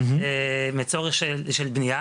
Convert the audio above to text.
לצורך של בנייה,